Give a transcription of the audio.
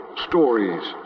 Stories